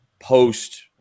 post